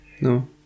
No